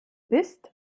bist